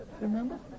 remember